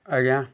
ଆଜ୍ଞା